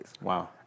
Wow